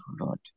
Lord